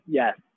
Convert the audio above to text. yes